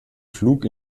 flug